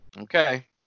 Okay